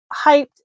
hyped